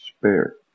spare